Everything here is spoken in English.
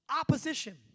Opposition